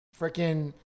freaking